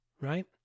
right